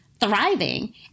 thriving